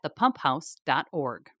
thepumphouse.org